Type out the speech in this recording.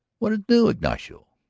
what is new, ignacio?